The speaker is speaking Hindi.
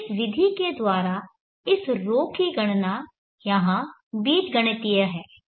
इस विधि द्वारा इस ρ की गणना यहाँ बीज गणितीय है